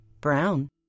Brown